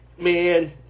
man